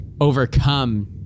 overcome